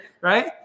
Right